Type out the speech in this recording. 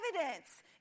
evidence